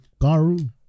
Garu